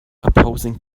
opposing